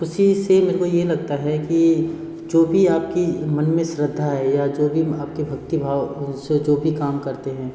ख़ुशी से मेरे को ये लगता है कि जो भी आपकी मन में श्रद्धा है या जो भी आपके भक्ति भाव उससे जो भी काम करते हैं